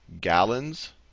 gallons